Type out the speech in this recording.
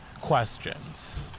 questions